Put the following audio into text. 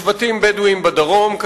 גם שבטים בדואיים בדרום לא מכניסים,